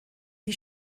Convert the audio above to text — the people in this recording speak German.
die